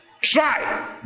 Try